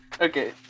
Okay